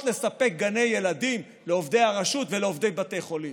לספק גני ילדים לעובדי הרשות ולעובדי בתי חולים,